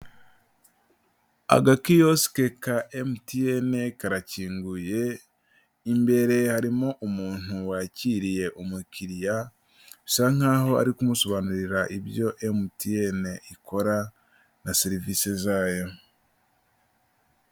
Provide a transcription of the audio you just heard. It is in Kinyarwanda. Agakiyosike ka MTN karakinguye, imbere harimo umuntu wakiriye umukiriya, bisa nkaho ari kumusobanurira ibyo MTN ikora na serivisi zayo.